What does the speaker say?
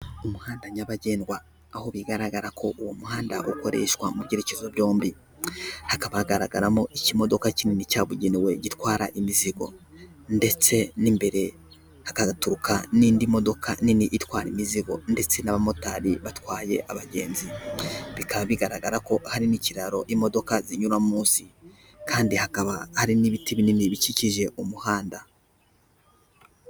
Umuhanda nyabagendwa aho bigaragara ko uwo muhanda ukoreshwa mu byerekezo byombi hakaba hagaragaramo ikimodoka kinini cyabugenewe gitwara imizigo ndetse n'imbere hagaturuka n'indi modoka nini itwara imizigo ndetse n'abamotari batwaye abagenzi bikaba bigaragara ko hari n'ikiraro imodoka zinyura munsi kandi hakaba hari n'ibiti binini bikikije umuhanda.